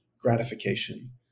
gratification